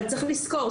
אבל צריך לזכור,